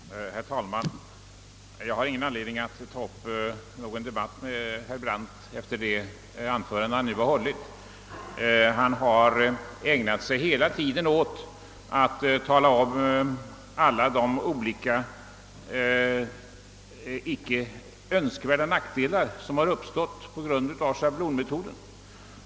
Herr talman! Jag har ingen anledning att ta upp någon debatt med herr Brandt efter det anförande han nu har hållit. Han har hela tiden ägnat sig åt att tala om alla de olika nackdelar som har uppstått på grund av schablonmetoden.